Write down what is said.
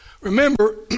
remember